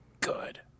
good